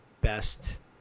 best